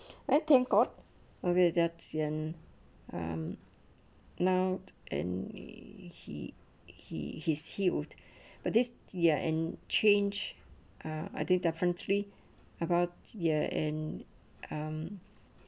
I think got will be adat and I'm now and he he he's healed but this ya and change ah I think differently about ya and um